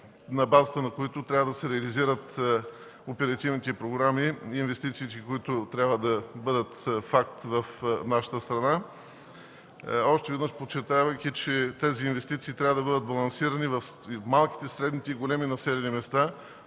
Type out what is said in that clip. на базата на които трябва да се реализират оперативните програми и инвестициите, които трябва да бъдат факт в нашата страна, още веднъж подчертавайки, че тези инвестиции трябва да бъдат балансирани в малките, средните и големи населени места.